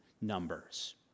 numbers